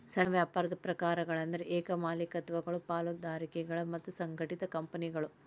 ಸಣ್ಣ ವ್ಯಾಪಾರದ ಪ್ರಕಾರಗಳಂದ್ರ ಏಕ ಮಾಲೇಕತ್ವಗಳು ಪಾಲುದಾರಿಕೆಗಳು ಮತ್ತ ಸಂಘಟಿತ ಕಂಪನಿಗಳು